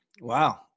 Wow